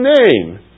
name